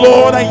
Lord